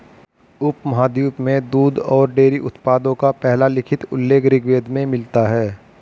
उपमहाद्वीप में दूध और डेयरी उत्पादों का पहला लिखित उल्लेख ऋग्वेद में मिलता है